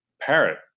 parrot